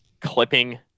clipping –